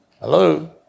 Hello